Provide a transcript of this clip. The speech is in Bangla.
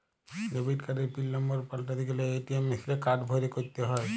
ডেবিট কার্ডের পিল লম্বর পাল্টাতে গ্যালে এ.টি.এম মেশিলে কার্ড ভরে ক্যরতে হ্য়য়